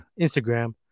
Instagram